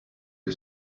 que